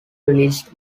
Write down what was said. released